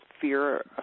fear